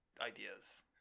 ideas